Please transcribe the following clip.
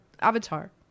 Avatar